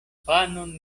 panon